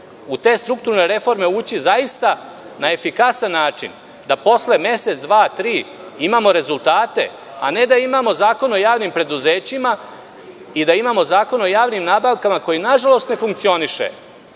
u te strukturne reforme ući zaista na efikasan način, da posle mesec, dva, tri imamo rezultate, a ne da imamo Zakon o javnim preduzećima i da imamo Zakon o javnim nabavkama koji na žalost ne funkcioniše,